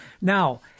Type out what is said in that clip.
Now